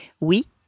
Oui